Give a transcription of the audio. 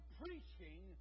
preaching